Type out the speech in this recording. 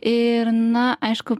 ir na aišku